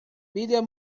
video